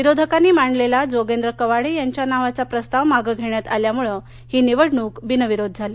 विरोधकांनी मांडलेला जोगेंद्र कवाडे यांच्या नावाचा प्रस्ताव मागे घेण्यात आल्यामुळे ही निवडणूक बिनविरोध झाली